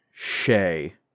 Shay